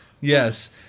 Yes